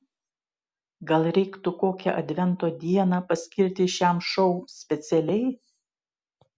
gal reiktų kokią advento dieną paskirti šiam šou specialiai